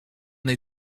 they